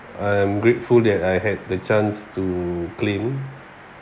I am grateful that I had the chance to claim